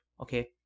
okay